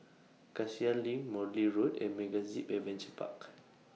Cassia LINK Morley Road and MegaZip Adventure Park